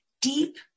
deep